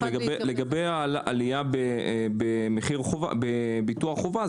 לגבי העלייה בביטוח חובה,